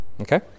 Okay